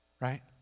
Right